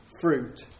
fruit